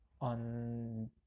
on